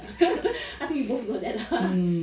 I think we both know that lah